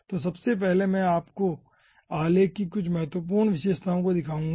तो सबसे पहले मैं आपको आलेख की कुछ महत्वपूर्ण विशेषताओं को दिखाऊंगा